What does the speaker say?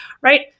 right